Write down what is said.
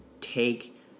take